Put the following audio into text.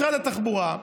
משרד התחבורה,